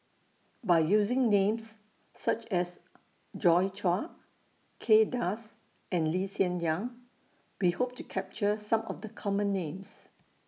By using Names such as Joi Chua Kay Das and Lee Hsien Yang We Hope to capture Some of The Common Names